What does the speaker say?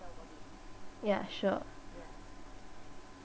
ya sure